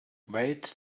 wait